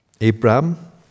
Abraham